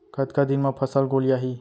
कतका दिन म फसल गोलियाही?